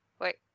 wait